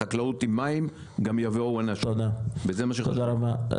חקלאות עם מים וגם יבואו אנשים וזה מה שחשוב.